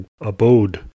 abode